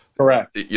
Correct